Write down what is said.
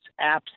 apps